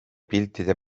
piltide